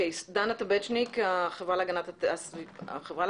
דנה טבצ'ניק, החברה להגנת הטבע.